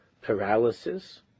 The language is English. paralysis